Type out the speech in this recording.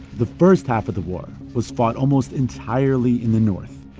the first half of the war was fought almost entirely in the north.